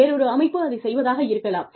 வேறொரு அமைப்பு அதைச் செய்வதாக இருக்கலாம்